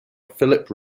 philip